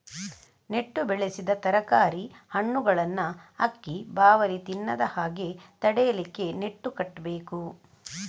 ನೆಟ್ಟು ಬೆಳೆಸಿದ ತರಕಾರಿ, ಹಣ್ಣುಗಳನ್ನ ಹಕ್ಕಿ, ಬಾವಲಿ ತಿನ್ನದ ಹಾಗೆ ತಡೀಲಿಕ್ಕೆ ನೆಟ್ಟು ಕಟ್ಬೇಕು